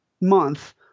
month